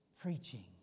preaching